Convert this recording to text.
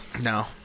No